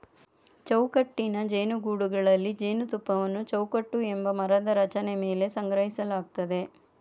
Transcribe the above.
ಚೌಕಟ್ಟಿನ ಜೇನುಗೂಡುಗಳಲ್ಲಿ ಜೇನುತುಪ್ಪವನ್ನು ಚೌಕಟ್ಟು ಎಂಬ ಮರದ ರಚನೆ ಮೇಲೆ ಸಂಗ್ರಹಿಸಲಾಗ್ತದೆ